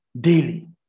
daily